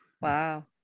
Wow